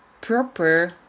proper